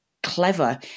clever